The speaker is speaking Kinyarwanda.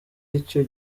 icyo